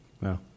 No